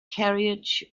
carriage